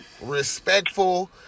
respectful